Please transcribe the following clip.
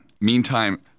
Meantime